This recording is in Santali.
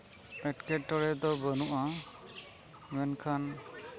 ᱮᱸᱴᱠᱮᱴᱚᱬᱮ ᱫᱚ ᱵᱟᱹᱱᱩᱜᱼᱟ ᱢᱮᱱᱠᱷᱟᱱ